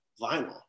vinyl